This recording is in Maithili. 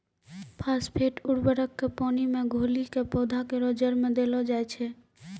फास्फेट उर्वरक क पानी मे घोली कॅ पौधा केरो जड़ में देलो जाय छै